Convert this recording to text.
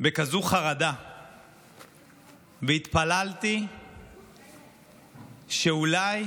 בכזאת חרדה והתפללתי שאולי